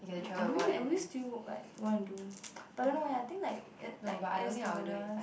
w~ will you will you still work like want to do but I don't know eh I think like ai~ like air stewardess